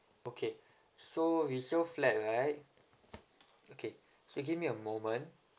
okay so resale flat right okay so give me a moment